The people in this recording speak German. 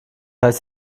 heißt